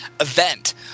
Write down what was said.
event